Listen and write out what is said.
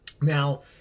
Now